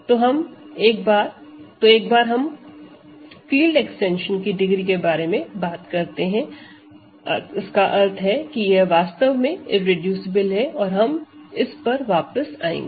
तो एक बार हम फील्ड एक्सटेंशन की डिग्री के बारे में बात करते हैं इसका अर्थ है कि यह वास्तव में इररेडूसिबल हैं और हम इस पर वापस आएँगे